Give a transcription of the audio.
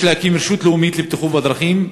יש להקים רשות לאומית לבטיחות בדרכים,